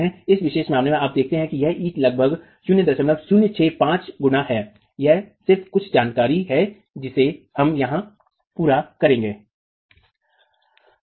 इस विशेष मामले में आप देखते हैं कि यह ईंट इकाई की लगभग 0065 गुना है यह सिर्फ कुछ जानकारी है जिसे हम यहां पूरा करेंगे